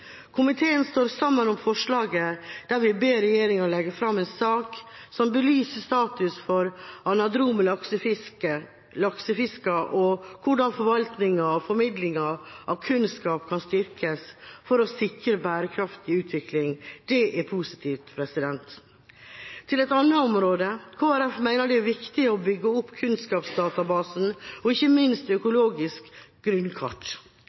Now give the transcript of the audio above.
Komiteen står sammen om forslaget der vi ber regjeringa legge fram en sak som belyser status for anadrome laksefisker, og hvordan forvaltninga og formidlinga av kunnskap kan styrkes for å sikre bærekraftig utvikling. Det er positivt. Til et annet område: Kristelig Folkeparti mener det er viktig å bygge opp kunnskapsdatabasen og ikke minst økologisk grunnkart.